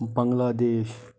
Bangladesh